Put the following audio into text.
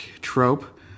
trope